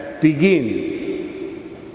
begin